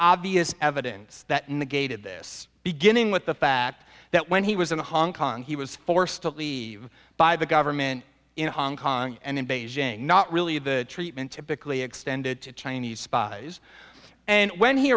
obvious evidence that negated this beginning with the fact that when he was in hong kong he was forced to leave by the government in hong kong and in beijing not really the treatment typically extended to chinese spies and when he